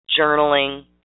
journaling